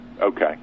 okay